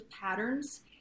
patterns